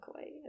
Okay